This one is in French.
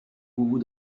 vous